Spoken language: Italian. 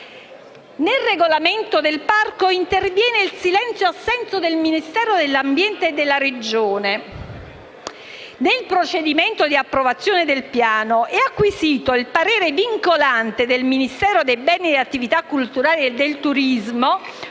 Nel regolamento del parco interviene il silenzio-assenso del Ministero dell'ambiente e della Regione. Nel procedimento di approvazione del piano è acquisito il parere vincolante del Ministero dei beni e delle attività culturali e del turismo